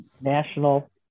national